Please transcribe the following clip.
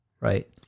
right